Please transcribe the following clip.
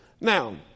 Now